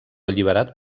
alliberat